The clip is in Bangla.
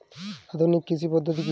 আধুনিক কৃষি পদ্ধতি কী?